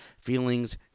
feelings